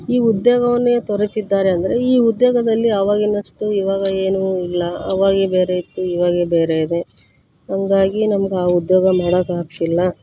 ಈ ಉದ್ಯೋಗವನ್ನೇ ತೊರೆತಿದ್ದಾರೆ ಅಂದರೆ ಈ ಉದ್ಯೋಗದಲ್ಲಿ ಅವಾಗಿನಷ್ಟು ಇವಾಗ ಏನೂ ಇಲ್ಲ ಅವಾಗೆ ಬೇರೆ ಇತ್ತು ಇವಾಗೆ ಬೇರೆ ಇದೆ ಹಾಗಾಗಿ ನಮ್ಗೆ ಆ ಉದ್ಯೋಗ ಮಾಡೋಕ್ಕೆ ಆಗ್ತಿಲ್ಲ